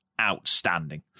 outstanding